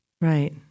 Right